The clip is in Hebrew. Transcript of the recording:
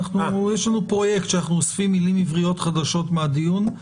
יש לנו פרויקט שאנחנו אוספים מילים עבריות חדשות מהדיון.